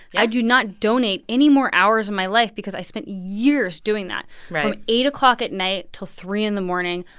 i do not donate any more hours in my life because i spent years doing that right from eight o'clock at night till three in the morning,